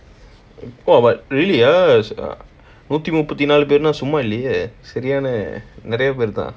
!wah! but really ah நூத்தி முப்பத்தி நாலு பேரு ந சும்மா இல்லையே சரியான நெறைய பேரு தான்:noothi muppathi naalu pearu na summa illaye sariyaana neraya pearu thaan